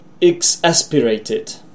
exasperated